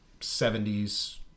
70s